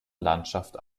landschaft